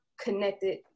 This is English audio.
connected